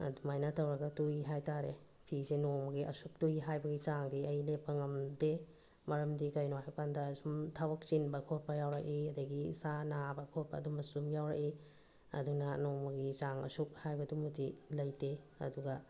ꯑꯗꯨꯃꯥꯏꯅ ꯇꯧꯔꯒ ꯇꯨꯏ ꯍꯥꯏꯇꯥꯔꯦ ꯐꯤꯁꯦ ꯅꯣꯡꯃꯒꯤ ꯑꯁꯨꯛ ꯇꯨꯏ ꯍꯥꯏꯕꯒꯤ ꯆꯥꯡꯗꯤ ꯑꯩ ꯂꯦꯞꯄ ꯉꯝꯗꯦ ꯃꯔꯝꯗꯤ ꯀꯩꯅꯣ ꯍꯥꯏꯕ ꯀꯥꯟꯗ ꯁꯨꯝ ꯊꯕꯛ ꯆꯤꯟꯕ ꯈꯣꯠꯄ ꯌꯥꯎꯔꯛꯏ ꯑꯗꯒꯤ ꯏꯁꯥ ꯅꯥꯕ ꯈꯣꯠꯄ ꯑꯗꯨꯝꯕꯁꯨ ꯑꯗꯨꯝ ꯌꯥꯎꯔꯛꯏ ꯑꯗꯨꯅ ꯅꯣꯡꯃꯒꯤ ꯆꯥꯡ ꯑꯁꯨꯛ ꯍꯥꯏꯕꯗꯨꯃꯗꯤ ꯂꯩꯇꯦ ꯑꯗꯨꯒ